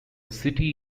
city